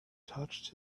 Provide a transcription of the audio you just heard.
touched